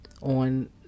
on